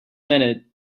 minute